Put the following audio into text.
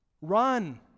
run